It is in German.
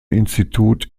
institut